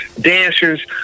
dancers